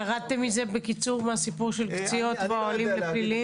ירדתם מהסיפור של קציעות והאוהלים לפליליים?